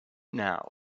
now